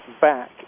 back